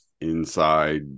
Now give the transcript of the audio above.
inside